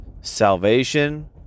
Salvation